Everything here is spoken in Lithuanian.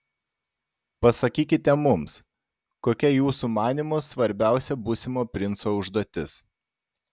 pasakykite mums kokia jūsų manymu svarbiausia būsimo princo užduotis